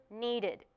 needed